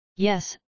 Yes